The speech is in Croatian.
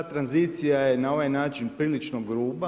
Ta tranzicija je na ovaj način prilično gruba.